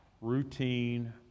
routine